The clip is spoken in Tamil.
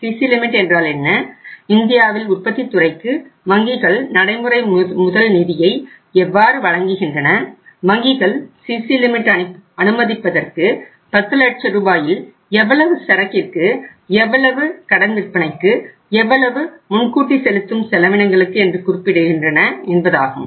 சிசி லிமிட் அனுமதிப்பதற்கு 10 லட்ச ரூபாயில் எவ்வளவு சரக்கிற்கு எவ்வளவு கடன் விற்பனைக்கு எவ்வளவு முன்கூட்டி செலுத்தும் செலவினங்களுக்கு என்று குறிப்பிடுகின்றன என்பதாகும்